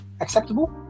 acceptable